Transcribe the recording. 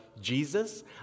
Jesus